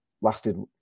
lasted